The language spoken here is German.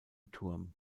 turm